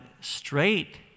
straight